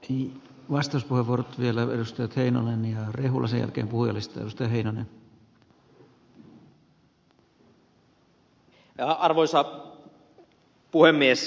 ei vastus ollut vielä muodostanut heinonen riehullisiakin arvoisa puhemies